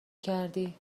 کردی